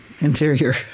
interior